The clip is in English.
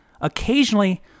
occasionally